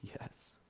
yes